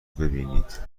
ببینید